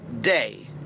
day